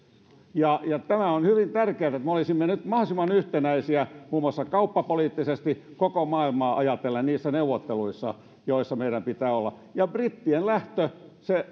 tämä on hyvin tärkeätä että me olisimme nyt mahdollisimman yhtenäisiä muun muassa kauppapoliittisesti koko maailmaa ajatellen niissä neuvotteluissa joissa meidän pitää olla ja brittien lähtö